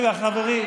רגע, חברים.